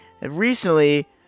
recently